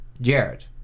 Jared